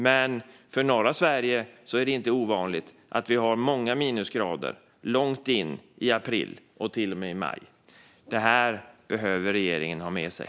Men för norra Sverige är det inte ovanligt med många minusgrader långt in i april, till och med i maj. Det behöver regeringen ha med sig.